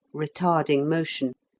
retarding motion.